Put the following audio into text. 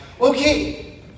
okay